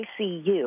ICU